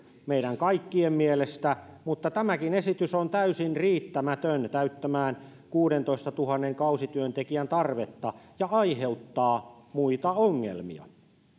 meidän kaikkien mielestä mutta tämäkin esitys on täysin riittämätön täyttämään kuudentoistatuhannen kausityöntekijän tarvetta ja aiheuttaa muita ongelmia